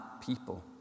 people